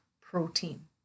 protein